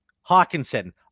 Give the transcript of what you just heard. Hawkinson